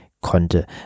konnte